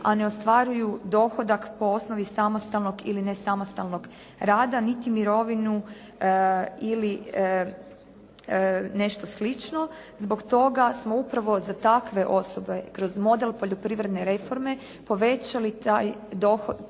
a ne ostvaruju dohodak po osnovi samostalnog ili nesamostalnog rada, niti mirovinu ili nešto slično. Zbog toga smo upravo za takve osobe kroz model poljoprivredne reforme povećali tu dohodovnu